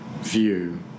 view